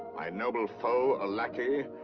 my noble foe, a lackey,